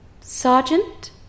Sergeant